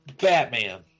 Batman